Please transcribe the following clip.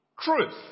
truth